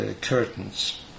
curtains